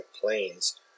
planes